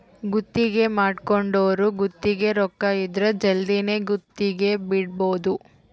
ಗುತ್ತಿಗೆ ಮಾಡ್ಕೊಂದೊರು ಗುತ್ತಿಗೆ ರೊಕ್ಕ ಇದ್ರ ಜಲ್ದಿನೆ ಗುತ್ತಿಗೆ ಬಿಡಬೋದು